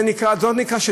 זה לא נקרא,